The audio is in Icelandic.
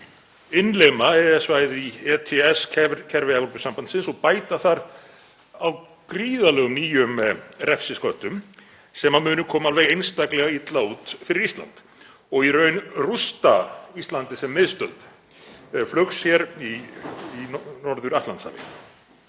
innlima EES-svæðið í ETS-kerfi Evrópusambandsins og bæta þar á gríðarlegum nýjum refsisköttum sem munu koma alveg einstaklega illa út fyrir Ísland og í raun rústa Íslandi sem miðstöð flugs hér í Norður-Atlantshafi.